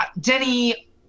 Denny